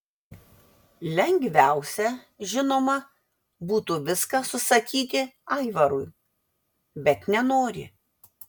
lengviausia žinoma būtų viską susakyti aivarui bet nenori